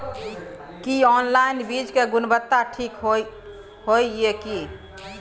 की online बीज के गुणवत्ता ठीक होय ये की?